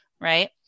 Right